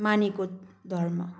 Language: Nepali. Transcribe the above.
मानेको धर्म